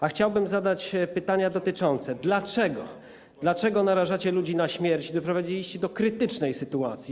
A chciałbym zadać pytania dotyczące tego, dlaczego narażacie ludzi na śmierć i doprowadziliście do krytycznej sytuacji.